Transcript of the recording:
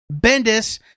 Bendis